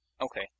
Okay